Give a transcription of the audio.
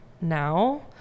now